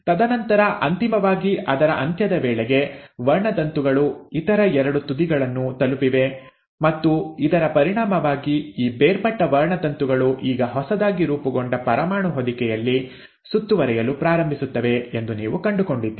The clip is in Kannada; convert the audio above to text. ತದನಂತರ ಅಂತಿಮವಾಗಿ ಅದರ ಅಂತ್ಯದ ವೇಳೆಗೆ ವರ್ಣತಂತುಗಳು ಇತರ ಎರಡು ತುದಿಗಳನ್ನು ತಲುಪಿವೆ ಮತ್ತು ಇದರ ಪರಿಣಾಮವಾಗಿ ಈ ಬೇರ್ಪಟ್ಟ ವರ್ಣತಂತುಗಳು ಈಗ ಹೊಸದಾಗಿ ರೂಪುಗೊಂಡ ಪರಮಾಣು ಹೊದಿಕೆಯಲ್ಲಿ ಸುತ್ತುವರಿಯಲು ಪ್ರಾರಂಭಿಸುತ್ತವೆ ಎಂದು ನೀವು ಕಂಡುಕೊಂಡಿದ್ದೀರಿ